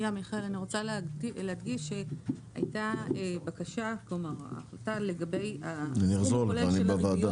אני רוצה להדגיש שהייתה בקשה לגבי הסכום הכולל של הריביות,